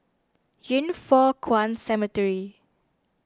Yin Foh Kuan Cemetery